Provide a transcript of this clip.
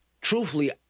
truthfully